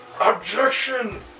objection